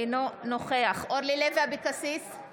אינו נוכח אורלי לוי אבקסיס,